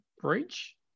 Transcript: breach